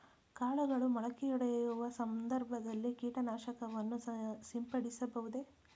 ಕಾಳುಗಳು ಮೊಳಕೆಯೊಡೆಯುವ ಸಂದರ್ಭದಲ್ಲಿ ಕೀಟನಾಶಕವನ್ನು ಸಿಂಪಡಿಸಬಹುದೇ?